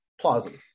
plausible